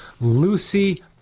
Lucy